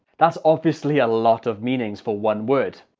that's obviously a lot of meanings for one word!